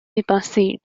بسیج